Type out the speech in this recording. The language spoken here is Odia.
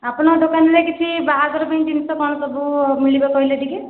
ଆପଣଙ୍କ ଦୋକାନରେ କିଛି ବାହାଘର ପାଇଁ ଜିନିଷ କ'ଣ ସବୁ ମିଳିବ କହିଲେ ଟିକେ